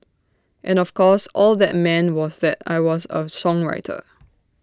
and of course all that meant was that I was A songwriter